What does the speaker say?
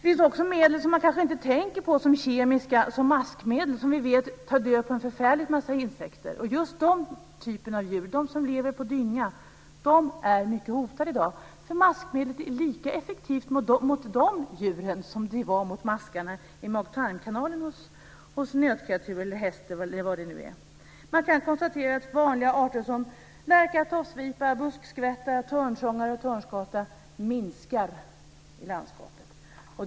Vi har också medel som man inte tänker på som kemiska såsom maskmedel, som tar död på en förfärlig massa insekter. Just den typen av djur som lever på dynga är i dag mycket hotade. Maskmedlet är lika effektivt mot de djuren som det är mot maskarna i mag och tarmkanalen hos nötkreatur, häst eller vad det nu är. Vanliga arter som lärka, tofsvipa, buskskvätta, törnsångare och törnskata minskar i landskapet.